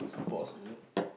pause is it